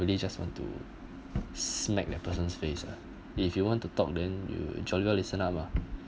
really just want to smack that person's face ah if you want to talk then you jolly well listen up ah